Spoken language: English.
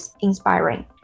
inspiring